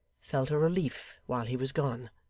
felt a relief while he was gone.